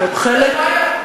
יש בעיה.